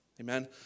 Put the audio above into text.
Amen